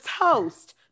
toast